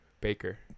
Baker